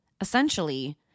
Essentially